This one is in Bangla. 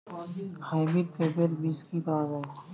হাইব্রিড পেঁপের বীজ কি পাওয়া যায়?